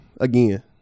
again